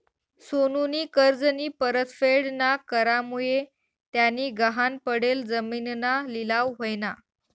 सोनूनी कर्जनी परतफेड ना करामुये त्यानी गहाण पडेल जिमीनना लिलाव व्हयना